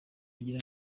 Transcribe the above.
agira